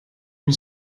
une